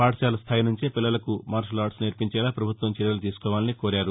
పాఠకాల స్థాయి నుంచే పిల్లలకు మార్షల్ ఆర్ట్ నేర్పించేలా పభుత్వం చర్యలు తీసుకోవాలని అన్నారు